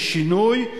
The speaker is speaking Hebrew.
רפורמה במשמעות של שינוי,